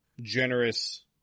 generous